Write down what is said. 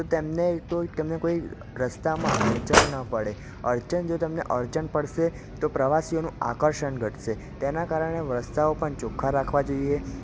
તો તેમને તો તેમને કોઈ રસ્તામાં અડચણ ન પડે અડચણ જો તેમને અડચણ પડશે તો પ્રવાસીઓનું આકર્ષણ ઘટશે તેનાં કારણે રસ્તાઓ પણ ચોખ્ખા રાખવા જોઈએ